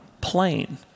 plain